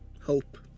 Hope